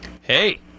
Hey